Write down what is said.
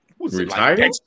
Retired